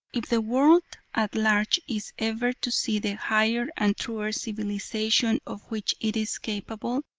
if the world at large is ever to see that higher and truer civilisation of which it is capable,